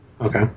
Okay